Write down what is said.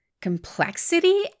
complexity